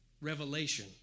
revelation